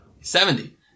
Seventy